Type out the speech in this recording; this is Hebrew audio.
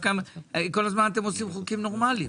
כל הזמן אתם עושים חוקים נורמליים.